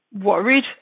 worried